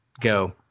Go